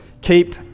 Keep